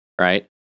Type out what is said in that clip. right